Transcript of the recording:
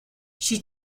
she